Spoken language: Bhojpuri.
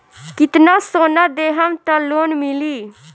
कितना सोना देहम त लोन मिली?